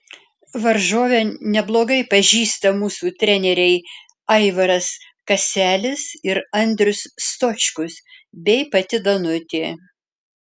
varžovę neblogai pažįsta mūsų treneriai aivaras kaselis ir andrius stočkus bei pati danutė